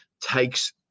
takes